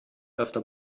öfter